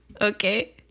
Okay